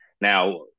Now